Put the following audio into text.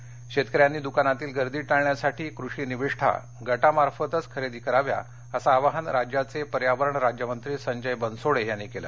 निविष्ठा लातर शेतकऱ्यांनी दुकानातील गर्दी टाळण्यासाठी कृषी निविष्ठा गटामार्फत खरेदी कराव्या असं आवाहन राज्याचे पर्यावरण राज्यमंत्री संजय बनसोडे यांनी केलं